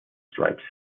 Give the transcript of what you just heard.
stripes